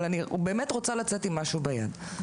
אבל אני באמת רוצה לצאת עם משהו ביד.